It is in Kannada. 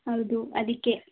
ಹೌದು ಅದಕ್ಕೆ